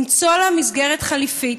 למצוא לה מסגרת חליפית,